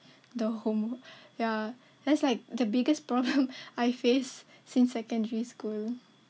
the homework ya that's like the biggest problem I face since secondary school